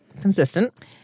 consistent